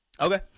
Okay